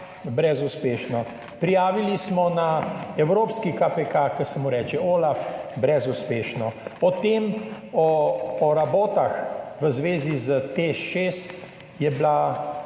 brezuspešno. Prijavili smo na evropski KPK ki se mu reče OLAF brezuspešno. O rabotah v zvezi s TEŠ 6 je bila,